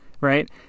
Right